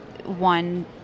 One